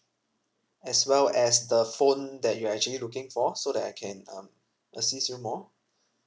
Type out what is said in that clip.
as well as the phone that you're actually looking for so that I can um assist you more